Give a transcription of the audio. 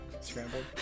scrambled